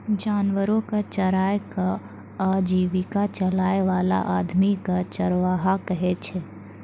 जानवरो कॅ चराय कॅ आजीविका चलाय वाला आदमी कॅ चरवाहा कहै छै